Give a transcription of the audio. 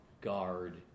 guard